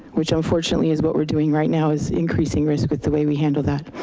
which unfortunately is what we're doing right now is increasing risks with the way we handle that.